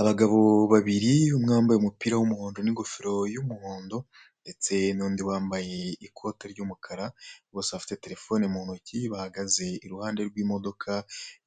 Abagabo babiri umwe wambaye umupira w'umuhondo n'ingofero y'umuhondo ndetse n'undi wambaye ikoti ry'umukara bose bafite terefone mu ntoki, bahagaze iruhande rw'imodoka